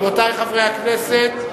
רבותי חברי הכנסת,